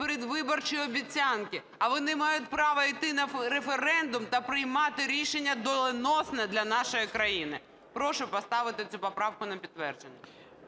передвиборчі обіцянки, а вони мають право йти на референдум та приймати рішення доленосне для нашої країни. Прошу поставити цю поправку на підтвердження.